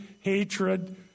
hatred